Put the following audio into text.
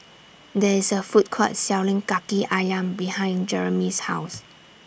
There IS A Food Court Selling Kaki Ayam behind Jeromy's House